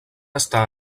està